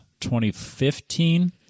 2015